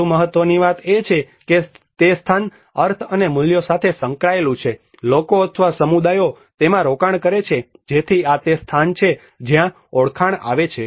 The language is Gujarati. વધુ મહત્ત્વની વાત એ છે કે તે સ્થાન અર્થ અને મૂલ્યો સાથે સંકળાયેલું છે કે લોકો અથવા સમુદાયો તેમાં રોકાણ કરે છે જેથી આ તે સ્થાન છે જ્યાં ઓળખાણ આવે છે